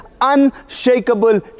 unshakable